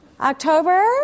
October